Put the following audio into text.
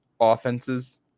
offenses